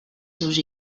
seus